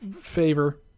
favor